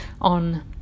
on